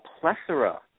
plethora